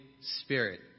Spirit